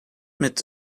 mit